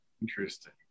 Interesting